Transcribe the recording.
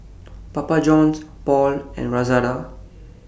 Papa Johns Paul and Lazada